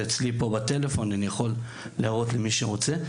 זה אצלי פה בטלפון ואני יכול להראות למי שרוצה.